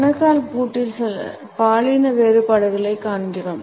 கணுக்கால் பூட்டில் சில பாலின வேறுபாடுகளையும் காண்கிறோம்